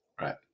right